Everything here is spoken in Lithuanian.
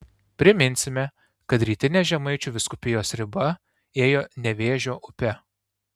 priminsime kad rytinė žemaičių vyskupijos riba ėjo nevėžio upe